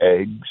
eggs